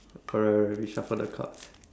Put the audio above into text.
alright alright we shuffle the cards